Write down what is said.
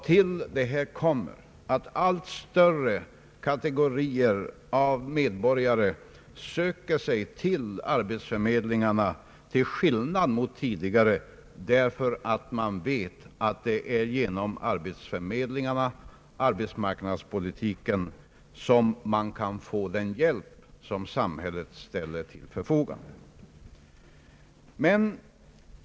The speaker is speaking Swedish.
Till detta kommer att allt större kategorier av medborgare sö ker sig till arbetsförmedlingarna till skillnad mot vad tidigare var fallet, för att man vet att det är genom arbetsförmedlingarna, genom arbetsmarknadspolitiken, som man kan få den hjälp som samhället ställer till förfogande.